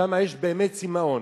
שם יש באמת צימאון.